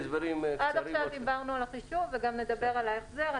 עד עכשיו דיברנו על החישוב, אני גם אדבר על ההחזר.